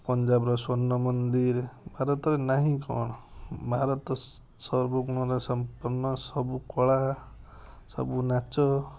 ପଞ୍ଜାବର ସ୍ୱର୍ଣ୍ଣ ମନ୍ଦିର ଭାରତରେ ନାହିଁ କ'ଣ ଭାରତ ସର୍ବଗୁଣନା ସମ୍ପନ୍ନ ସବୁ କଳା ସବୁ ନାଚ